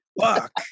Fuck